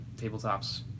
tabletops